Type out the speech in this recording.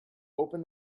open